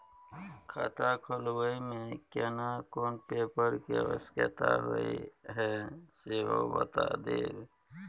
खाता खोलैबय में केना कोन पेपर के आवश्यकता होए हैं सेहो बता देब?